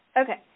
Okay